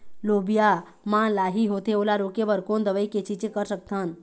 लोबिया मा लाही होथे ओला रोके बर कोन दवई के छीचें कर सकथन?